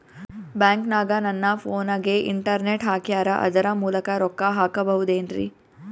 ಬ್ಯಾಂಕನಗ ನನ್ನ ಫೋನಗೆ ಇಂಟರ್ನೆಟ್ ಹಾಕ್ಯಾರ ಅದರ ಮೂಲಕ ರೊಕ್ಕ ಹಾಕಬಹುದೇನ್ರಿ?